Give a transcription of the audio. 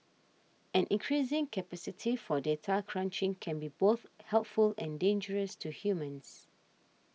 an increasing capacity for data crunching can be both helpful and dangerous to humans